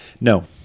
No